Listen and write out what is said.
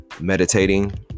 meditating